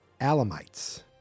Alamites